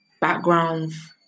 backgrounds